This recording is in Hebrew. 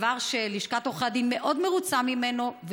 דבר שלשכת עורכי הדין מאוד מרוצה ממנו,